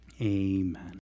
Amen